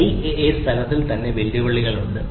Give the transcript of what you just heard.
ഐഎഎഎസ് തലത്തിൽ തന്നെ വെല്ലുവിളികളുണ്ട്